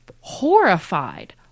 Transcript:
horrified